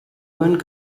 earned